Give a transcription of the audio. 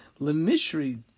lemishri